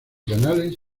canales